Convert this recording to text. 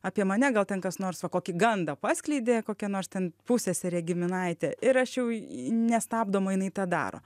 apie mane gal ten kas nors kokį gandą paskleidė kokia nors ten pusseserė giminaitė ir aš jau nestabdoma jinai tą daro